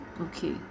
okay